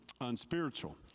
unspiritual